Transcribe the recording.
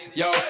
yo